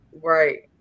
Right